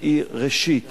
שהיא, ראשית,